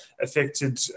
affected